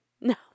No